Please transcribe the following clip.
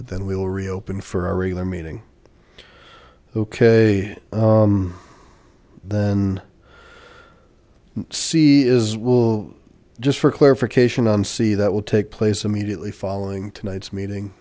but then we will reopen for our regular meeting ok then c is just for clarification on c that will take place immediately following tonight's meeting